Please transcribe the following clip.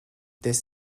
this